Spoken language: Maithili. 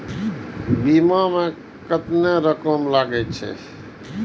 बीमा में केतना रकम लगे छै?